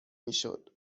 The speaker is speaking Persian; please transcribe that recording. میشد